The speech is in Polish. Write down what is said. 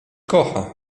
kocha